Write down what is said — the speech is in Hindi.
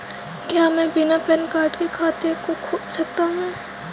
क्या मैं बिना पैन कार्ड के खाते को खोल सकता हूँ?